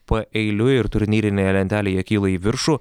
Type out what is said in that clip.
paeiliui ir turnyrinėje lentelėje kyla į viršų